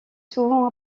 souvent